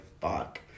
fuck